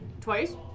Twice